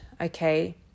okay